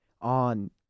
on